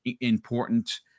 important